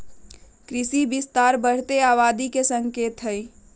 कृषि विस्तार बढ़ते आबादी के संकेत हई